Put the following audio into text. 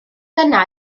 dyna